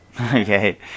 Okay